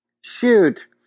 Shoot